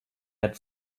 had